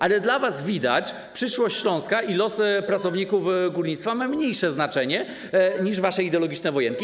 Ale dla was, jak widać, przyszłość Śląska i losy pracowników górnictwa mają mniejsze znaczenie niż wasze ideologiczne wojenki.